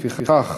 לפיכך,